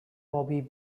bobby